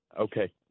Okay